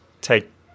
take